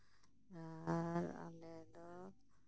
ᱟᱨ ᱟᱞᱮ ᱫᱚ